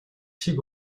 шиг